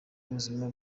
y’ubuzima